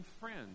friends